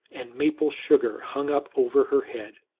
and maple-sugar hung up over head.